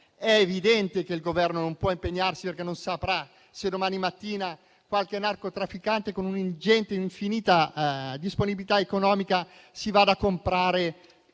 È evidente che il Governo non può impegnarsi, perché non sa se domani mattina qualche narcotrafficante, con un'ingente o infinita disponibilità economica, andrà a comprare